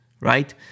right